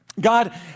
God